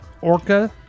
orca